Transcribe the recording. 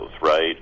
right